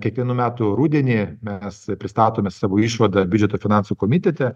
kiekvienų metų rudenį mes pristatome savo išvadą biudžeto finansų komitete